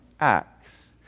acts